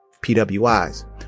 PWIs